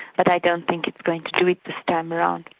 but i don't think it's going to do it this time around.